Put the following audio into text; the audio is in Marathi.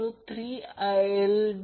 तर ही AC सिग्नल फेज सिस्टम आहे